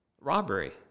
robbery